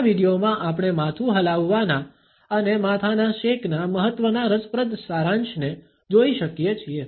આ વિડીયોમાં આપણે માથું હલાવવાના અને માથાના શેકના મહત્વના રસપ્રદ સારાંશને જોઈ શકીએ છીએ